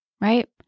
right